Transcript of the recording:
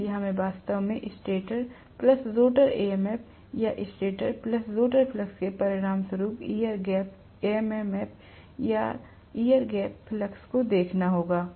इसलिए हमें वास्तव में स्टेटर रोटर MMF या स्टेटर रोटर फ्लक्स के परिणामस्वरूप एयर गैप MMF या एयर गैप फ्लक्स को देखना होगा